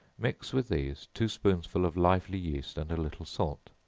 mix with these two spoonsful of lively yeast and a little salt,